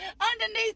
underneath